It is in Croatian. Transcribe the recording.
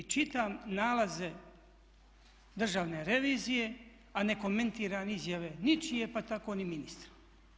I čitam nalaze Državne revizije a ne komentiram izjave ničije pa tako ni ministra.